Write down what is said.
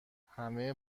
همه